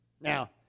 Now